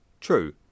True